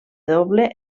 doble